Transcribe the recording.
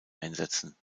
einsetzen